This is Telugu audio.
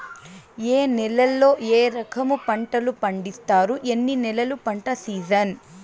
ఏ నేలల్లో ఏ రకము పంటలు పండిస్తారు, ఎన్ని నెలలు పంట సిజన్?